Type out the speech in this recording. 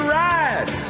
ride